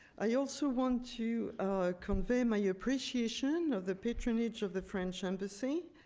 i also want to convey my appreciation of the patronage of the french embassy.